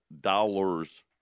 dollars